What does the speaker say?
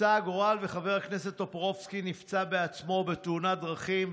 רצה הגורל וחבר הכנסת טופורובסקי נפצע בעצמו בתאונת דרכים,